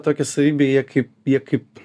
tokia savybė jie kaip jie kaip